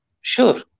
Sure